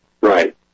Right